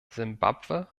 simbabwe